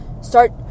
start